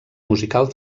musical